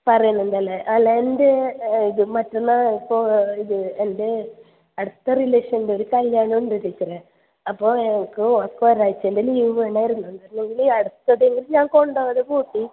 പറയുന്നുണ്ടല്ലേ അല്ല എൻ്റെ ഇത് മറ്റന്നാൾ ഇപ്പോൾ ഇത് എൻ്റെ അടുത്ത റിലേഷനിൽ ഒരു കല്യാണം ഉണ്ട് ടീച്ചറേ അപ്പോൾ എനിക്ക് ഓൾക്ക് ഒരാഴ്ച്ചേൻ്റെ ലീവ് വേണമായിരുന്നു എന്തായിരുന്നെങ്കിൽ അടുത്ത ഞാൻ കൊണ്ടുപോകാതെ കൂട്ടി